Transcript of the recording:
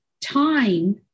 time